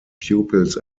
pupils